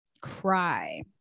Cry